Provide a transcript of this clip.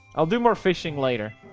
i'll do more fishing later,